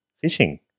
fishing